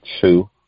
Two